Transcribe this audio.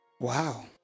Wow